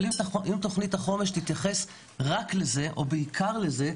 אבל אם תוכנית החומש תתייחס רק לזה או בעיקר לזה,